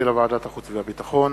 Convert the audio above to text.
שהחזירה ועדת החוץ והביטחון.